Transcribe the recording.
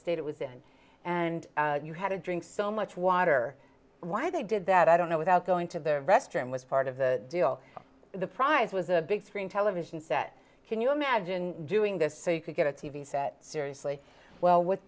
state it was in and you had to drink so much water why they did that i don't know without going to the restroom was part of the deal the prize was a big screen television set can you imagine doing this so you could get a t v set seriously well w